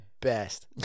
best